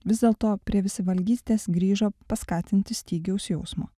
vis dėlto prie visavalgystės grįžo paskatinti stygiaus jausmo